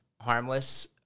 harmless